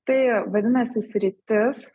tai vadinasi sritis